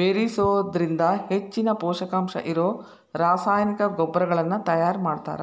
ಬೇರಿಸೋದ್ರಿಂದ ಹೆಚ್ಚಿನ ಪೂಷಕಾಂಶ ಇರೋ ರಾಸಾಯನಿಕ ಗೊಬ್ಬರಗಳನ್ನ ತಯಾರ್ ಮಾಡ್ತಾರ